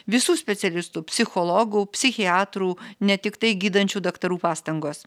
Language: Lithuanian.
visų specialistų psichologų psichiatrų ne tiktai gydančių daktarų pastangos